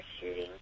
shooting